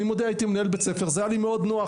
אני מודה, הייתי מנהל ספר, זה היה לי מאוד נוח.